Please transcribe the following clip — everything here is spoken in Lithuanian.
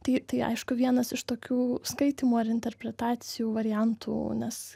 tai tai aišku vienas iš tokių skaitymo ar interpretacijų variantų nes